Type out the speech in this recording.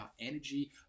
energy